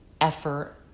effort